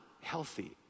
healthy